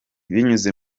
binyuze